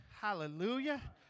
Hallelujah